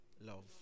Love